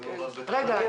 הדיון הוא לא על בית ינאי.